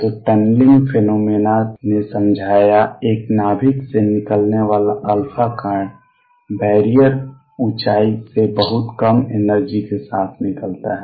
तो tunnelling phenomena ने समझाया एक नाभिक से निकलने वाला कण बैरियर ऊंचाई से बहुत कम एनर्जी के साथ निकलता है